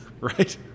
Right